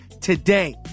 today